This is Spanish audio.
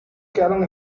quedaron